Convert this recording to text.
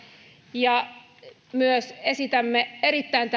ja esitämme myös erittäin